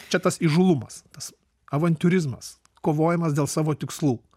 čia tas įžūlumas tas avantiūrizmas kovojimas dėl savo tikslų